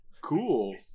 cool